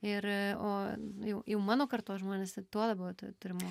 ir o jau jau mano kartos žmonės tai tuo labiau tu turi mo